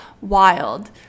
wild